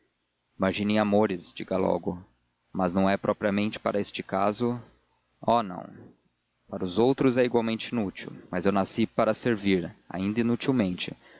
em amores diga logo mas não é propriamente para este caso oh não para os outros é igualmente inútil mas eu nasci para servir ainda inutilmente